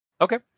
Okay